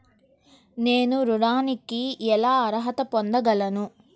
నేను ఋణానికి ఎలా అర్హత పొందగలను?